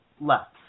left